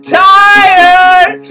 tired